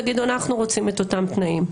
ויגידו: אנחנו רוצים את אותם תנאים,